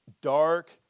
dark